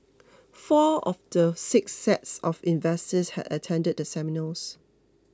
four of the six sets of investors had attended the seminars